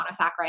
monosaccharide